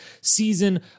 season